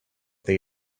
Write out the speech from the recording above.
they